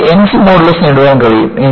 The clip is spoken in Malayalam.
എനിക്ക് യങ്ങിസ് മോഡുലസ് നേടാൻ കഴിയും